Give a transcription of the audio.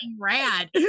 rad